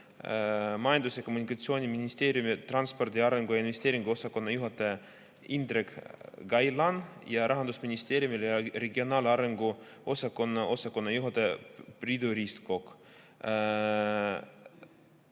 Majandus- ja Kommunikatsiooniministeeriumi transpordi arengu ja investeeringute osakonna juhataja Indrek Gailan ja Rahandusministeeriumi regionaalarengu osakonna juhataja Priidu Ristkok.